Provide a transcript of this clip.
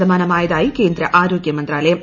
ശതമാനമായതായി ്ക്ക്പ്ന്ദ് ആരോഗ്യ മന്ത്രാലയം